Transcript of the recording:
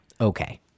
okay